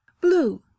blue